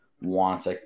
wants